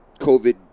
COVID